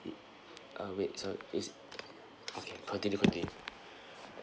uh wait so~ is continue continue